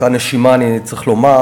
באותה נשימה אני צריך לומר,